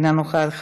אינה נוכחת,